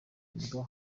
ngingo